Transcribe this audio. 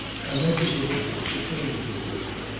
i measured the distance between the two cushions,